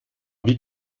wie